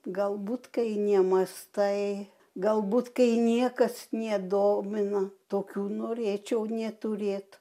galbūt kai nemąstai galbūt kai niekas nedomina tokių norėčiau neturėt